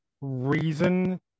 reason